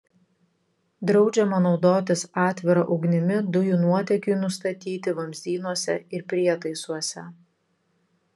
draudžiama naudotis atvira ugnimi dujų nuotėkiui nustatyti vamzdynuose ir prietaisuose